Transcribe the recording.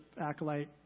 Acolyte